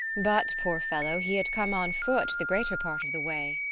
but, poor fellow, he had come on foot the greater part of the way.